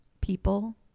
people